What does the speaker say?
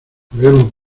debemos